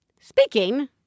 Speaking